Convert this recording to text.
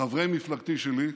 חברי מפלגתי שלי,